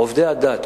עובדי הדת,